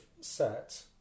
set